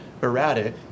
erratic